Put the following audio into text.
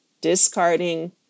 discarding